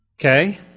Okay